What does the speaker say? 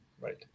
Right